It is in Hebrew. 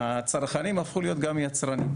הצרכנים הפכו להיות גם יצרנים,